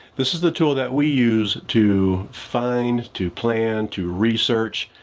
this is the tool that we use to find, to plan, to research.